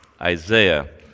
Isaiah